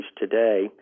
today